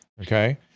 okay